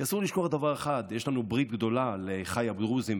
כי אסור לנו לשכוח דבר אחד: יש לנו ברית גדולה עם אחינו הדרוזים,